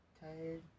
tired